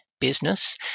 business